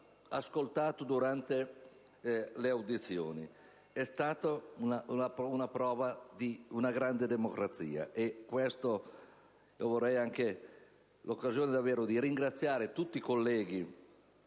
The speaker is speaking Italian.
ascoltato durante le audizioni. È stata una prova di grande democrazia. Vorrei cogliere l'occasione per ringraziare tutti i colleghi